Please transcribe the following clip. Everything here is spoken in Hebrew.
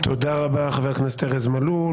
תודה רבה, חבר הכנסת ארז מלול.